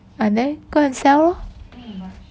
ah there go and sell lor